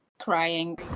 crying